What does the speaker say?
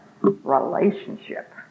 relationship